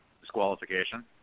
disqualification